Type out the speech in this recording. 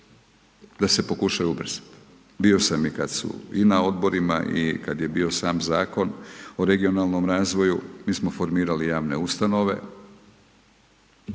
da se pokušaju ubrzat. Bio sam i kad su, i na Odborima, i kad je bio sam Zakon o regionalnom razvoju, mi smo formirali javne ustanove,